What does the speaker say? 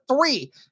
three